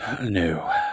No